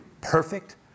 perfect